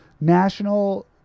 national